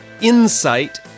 insight